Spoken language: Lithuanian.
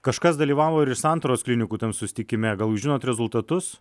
kažkas dalyvavo ir iš santaros klinikų tam susitikime gal žinot rezultatus